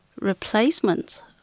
replacement